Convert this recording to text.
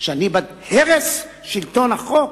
שאני בעד הרס שלטון החוק?